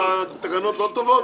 התקנות לא טובות?